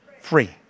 free